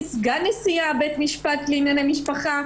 סגן נשיא בית משפט לענייני משפחה,